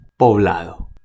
Poblado